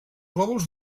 glòbuls